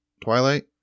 Twilight